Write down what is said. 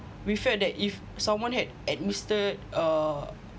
we felt that if someone had administered uh